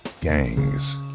gangs